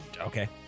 Okay